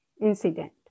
incident